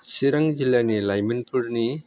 चिरां जिल्लानि लाइमोनफोरनि